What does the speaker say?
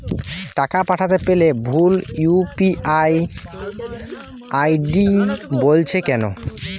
টাকা পাঠাতে গেলে ভুল ইউ.পি.আই আই.ডি বলছে কেনো?